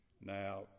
Now